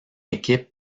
équipe